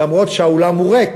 למרות שהאולם ריק,